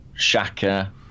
Shaka